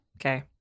Okay